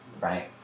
right